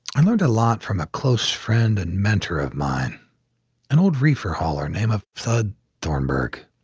i learned a lot from a close friend and mentor of mine an old reefer hauler name of thud thornburgh.